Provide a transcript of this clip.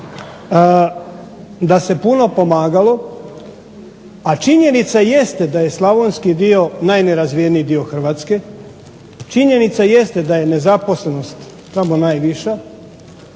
da se puno pomagalo, a činjenica jeste da je slavonski dio najnerazvijeniji dio Hrvatske, činjenica jeste da je nezaposlenost tamo najviša,